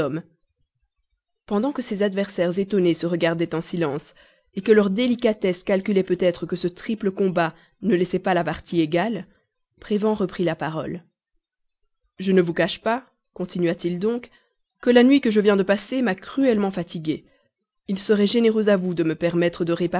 pendant que ses adversaires étonnés se regardaient en silence que leur délicatesse calculait peut-être que ce triple combat ne laissait plus la partie égale prévan reprit la parole je ne vous cache pas continua-t-il donc que la nuit que je viens de passer m'a cruellement fatigué il serait généreux à vous de me permettre de